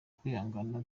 kwihangana